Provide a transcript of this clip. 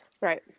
Right